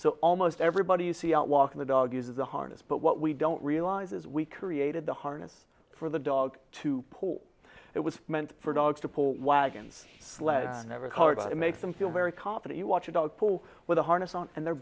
so almost everybody you see out walking the dog uses a harness but what we don't realize is we created a harness for the dog to pull it was meant for dogs to pull weigand sled on every car but it makes them feel very competent you watch a dog pull with a harness on and they're